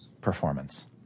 performance